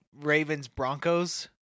Ravens-Broncos